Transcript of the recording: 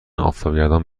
آفتابگردان